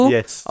Yes